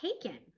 taken